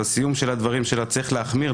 בסיום הדברים שלה: צריך להחמיר,